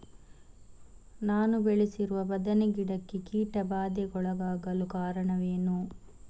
ನಾನು ಬೆಳೆಸಿರುವ ಬದನೆ ಗಿಡಕ್ಕೆ ಕೀಟಬಾಧೆಗೊಳಗಾಗಲು ಕಾರಣವೇನು?